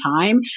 time